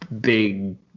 big